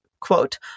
quote